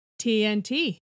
TNT